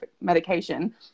medication